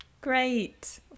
great